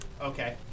Okay